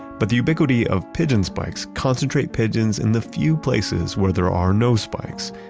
but the ubiquity of pigeon spikes concentrate pigeons in the few places where there are no spikes.